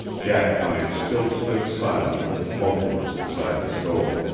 jackpine still stood silent and motionless beside the stove.